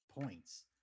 points